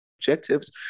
objectives